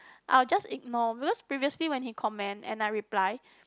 I will just ignore because previously when he comment and I reply